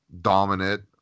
dominant